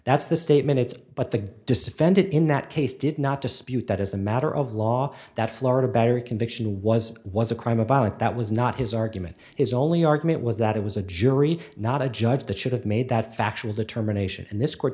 that's the statement it's but the disadvantage in that case did not dispute that as a matter of law that florida battery conviction was was a crime a ballot that was not his argument is only argument was that it was a jury not a judge that should have made that factual determination and this court